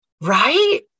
Right